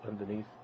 underneath